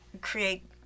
create